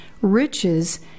riches